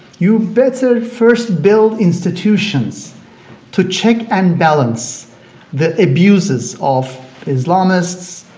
you better first build institutions to check and balance the abuses of islamists,